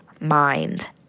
mind